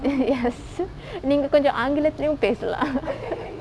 yes நீங்க கொஞ்சொ ஆங்கிலத்திலையும் பேசலா:neenga konjo aangilatelaiyum pesalaa